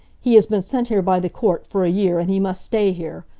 he has been sent here by the court, for a year, and he must stay here.